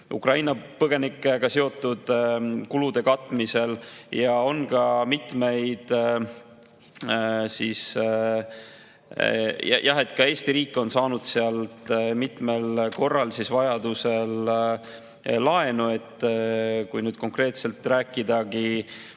Ukraina põgenikega seotud kulude katmisel, ja on ka mitmeid … Jah, ka Eesti riik on saanud sealt mitmel korral laenu, kui nüüd konkreetselt rääkidagi